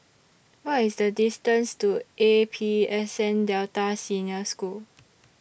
What IS The distance to A P S N Delta Senior School